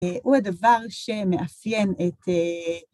הוא הדבר שמאפיין את...